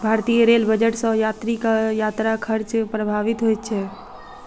भारतीय rail budget सॅ यात्रीक यात्रा खर्च प्रभावित होइत छै